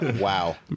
Wow